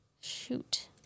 shoot